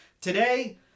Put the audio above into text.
Today